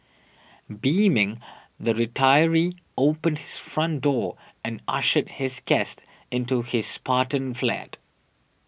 beaming the retiree opened his front door and ushered his guest into his spartan flat